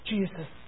Jesus